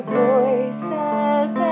voices